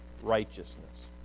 righteousness